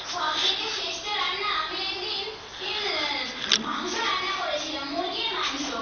সব থেকে শ্রেষ্ঠ রান্না আমি এক দিন ইন মাংস রান্না করেছিলাম মুরগির মাংস